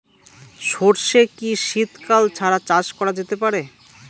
সর্ষে কি শীত কাল ছাড়া চাষ করা যেতে পারে?